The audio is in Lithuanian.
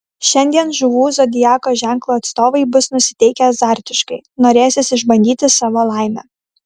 šiandien žuvų zodiako ženklo atstovai bus nusiteikę azartiškai norėsis išbandyti savo laimę